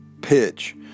pitch